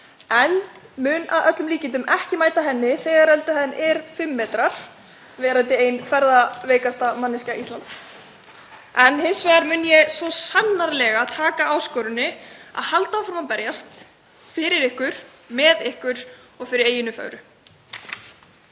ég mun að öllum líkindum ekki mæta henni þegar ölduhæð er fimm metrar verandi ein ferðaveikasta manneskja Íslands. Hins vegar mun ég svo sannarlega taka áskoruninni um að halda áfram að berjast fyrir ykkur, með ykkur og fyrir eyjunni fögru.